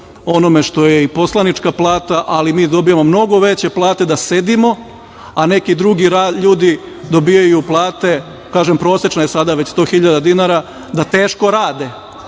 onome što je i poslanička plata, ali mi dobijamo mnogo veće plate da sedimo, a neki drugi ljudi dobijaju plate, kažem prosečna je sada već 100 hiljada dinara, da teško rade,